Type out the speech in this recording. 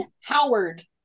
howard